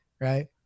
Right